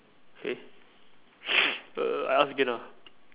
K uh I ask again ah